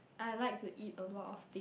I like to eat a lot of thing